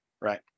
Right